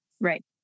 Right